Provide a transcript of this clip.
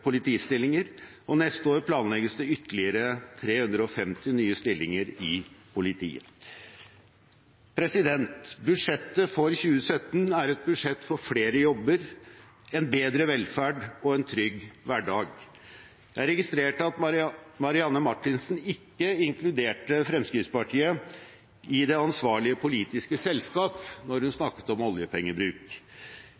politistillinger, og neste år planlegges det ytterligere 350 nye stillinger i politiet. Budsjettet for 2017 er et budsjett for flere jobber, en bedre velferd og en trygg hverdag. Jeg registrerte at Marianne Marthinsen ikke inkluderte Fremskrittspartiet i det ansvarlige politiske selskap da hun